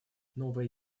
новая